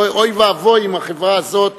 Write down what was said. אוי ואבוי אם בחברה כזאת,